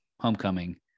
homecoming